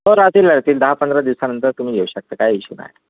हो राहतील राहतील दहा पंधरा दिवसानंतर तुम्ही घेऊ शकता काय इशू नाही